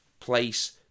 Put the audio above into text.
place